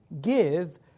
give